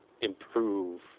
improve